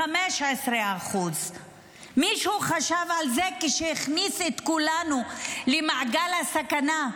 15%. מישהו חשב על זה כשהכניס את כולנו למעגל הסכנה?